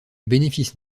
bénéfice